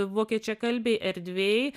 vokiečiakalbėj erdvėj